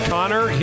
Connor